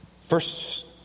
first